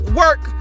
work